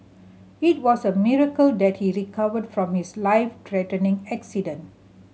it was a miracle that he recovered from his life threatening accident